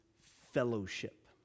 fellowship